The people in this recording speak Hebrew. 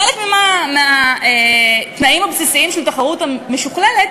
חלק מהתנאים הבסיסיים של תחרות משוכללת